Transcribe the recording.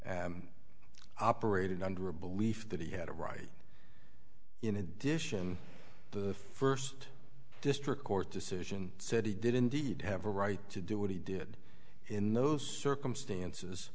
t operated under a belief that he had a right in addition the first district court decision said he did indeed have a right to do what he did in those circumstances